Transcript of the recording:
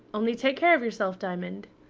only take care of yourself, diamond.